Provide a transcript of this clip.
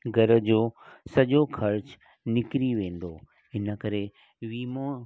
घर जो सॼो ख़र्चु निकिरी वेंदो इनकरे विमो